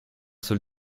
seul